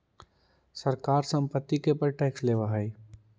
सरकार संपत्ति के पर टैक्स लेवऽ हई